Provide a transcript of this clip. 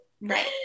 Right